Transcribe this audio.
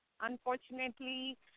unfortunately